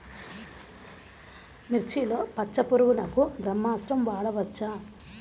మిర్చిలో పచ్చ పురుగునకు బ్రహ్మాస్త్రం వాడవచ్చా?